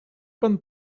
pan